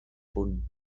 punt